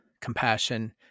compassion